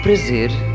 Prazer